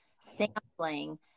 sampling